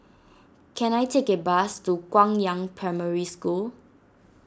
can I take a bus to Guangyang Primary School